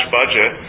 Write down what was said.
budget